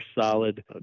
solid